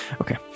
Okay